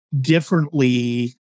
differently